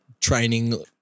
training